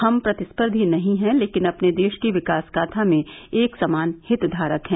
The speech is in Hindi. हम प्रतिस्पर्धी नहीं हैं लेकिन अपने देश की विकासगाथा में एकसमान हितधारक हैं